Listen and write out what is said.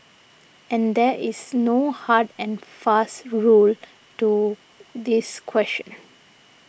and there is no hard and fast rule to this question